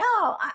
no